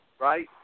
right